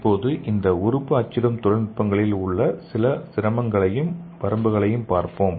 இப்போது இந்த உறுப்பு அச்சிடும் தொழில்நுட்பங்களில் உள்ள சில சிரமங்களையும் வரம்புகளையும் பார்ப்போம்